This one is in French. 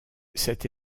cette